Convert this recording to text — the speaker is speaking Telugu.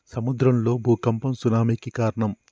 సముద్రం లో భూఖంపం సునామి కి కారణం